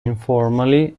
informally